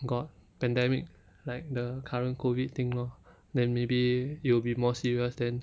got pandemic like the current COVID thing lor then maybe it will be more serious then